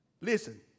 Listen